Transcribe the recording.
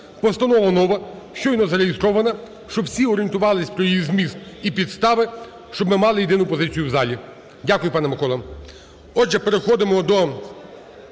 постанова нова, щойно зареєстрована, щоб всі орієнтувалися про її зміст і підстави, щоб ми мали єдину позицію в залі. Дякую, пане Миколо. Отже, переходимо до